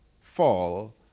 fall